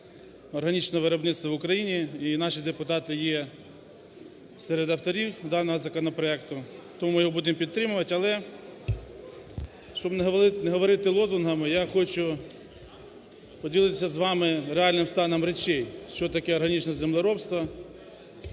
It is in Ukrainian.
органічного виробництва в Україні, і наші депутати є серед авторів даного законопроекту, то ми його будемо підтримувати. Але щоб не говорити лозунгами, я хочу поділитися з вами реальним станом речей, що таке органічне землеробство,